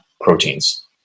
proteins